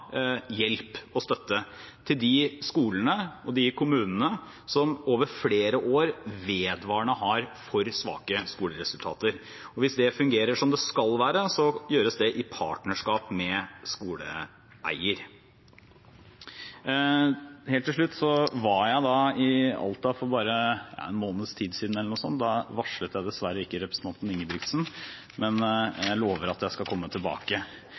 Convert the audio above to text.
hjelp og støtte til de skolene og de kommunene som over flere år vedvarende har for svake skoleresultater. Hvis det fungerer som det skal, gjøres det i partnerskap med skoleeier. Helt til slutt: Jeg var i Alta for bare en måneds tid siden eller noe sånt. Da varslet jeg dessverre ikke representanten Ingebrigtsen, men jeg lover at jeg skal komme tilbake.